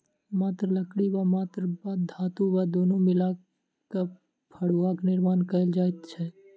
मात्र लकड़ी वा मात्र धातु वा दुनू मिला क फड़ुआक निर्माण कयल जाइत छै